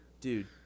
dude